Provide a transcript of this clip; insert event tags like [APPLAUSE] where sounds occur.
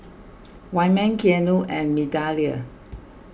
[NOISE] Wyman Keanu and Migdalia